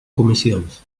comissions